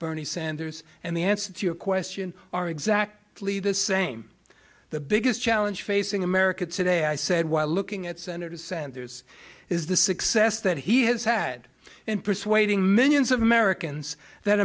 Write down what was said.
bernie sanders and the answer to your question are exactly the same the biggest challenge facing america today i said while looking at senator sanders is the success that he has had in persuading millions of americans that